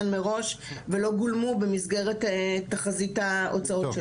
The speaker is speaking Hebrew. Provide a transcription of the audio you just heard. מראש ולא גולמו במסגרת תחזית ההוצאות שלו,